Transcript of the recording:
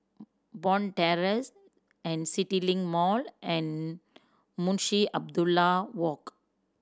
Bond Terrace CityLink Mall and Munshi Abdullah Walk